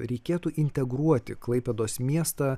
reikėtų integruoti klaipėdos miestą